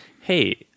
hey